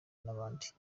n’abandi